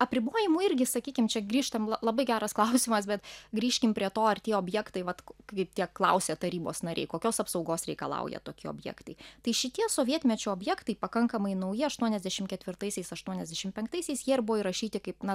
apribojimų irgi sakykim čia grįžtam la labai geras klausimas bet grįžkim prie to ar tie objektai vat kaip tie klausė tarybos nariai kokios apsaugos reikalauja tokie objektai tai šitie sovietmečio objektai pakankamai nauji aštuoniasdešim ketvirtaisiais aštuoniasdešim penktaisiais jie ir buvo įrašyti kaip na